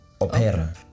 Opera